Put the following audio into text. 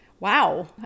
Wow